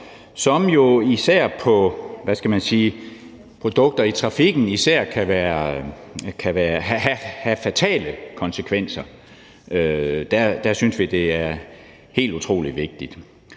når det er produkter i trafikken, kan have fatale konsekvenser. Der synes vi det er helt utrolig vigtigt.